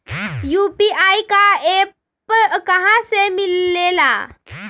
UPI का app कहा से मिलेला?